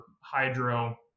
hydro